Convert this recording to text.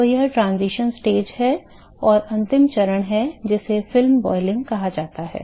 तो यह transition stage है और अंतिम चरण है जिसे film boiling कहा जाता है